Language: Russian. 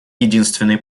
единственный